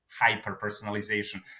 hyper-personalization